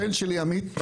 הבן שלי עמית.